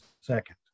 second